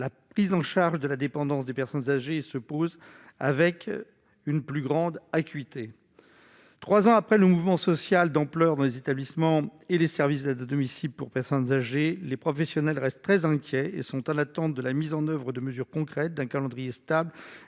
la prise en charge de la dépendance des personnes âgées se pose avec une plus grande acuité, 3 ans après le mouvement social d'ampleur dans les établissements et les services d'aide à domicile pour personnes âgées, les professionnels restent très inquiets et sont à l'attente de la mise en oeuvre de mesures concrètes d'un calendrier stable